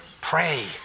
Pray